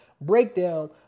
breakdown